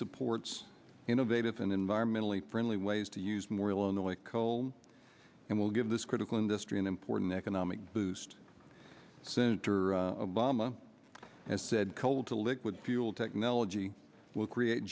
supports innovative and environmentally friendly ways to use more illinois coal and will give this critical industry an important economic boost senator obama has said coal to liquid fuel technology will create